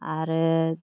आरो